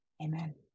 amen